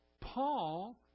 Paul